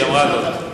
היא אמרה זאת.